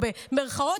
במירכאות,